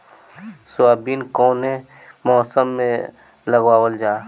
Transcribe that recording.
Soybean कौने मौसम में लगावल जा?